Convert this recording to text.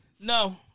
No